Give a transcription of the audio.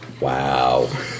Wow